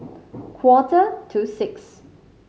quarter to six